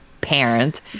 parent